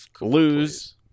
lose